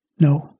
no